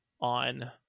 on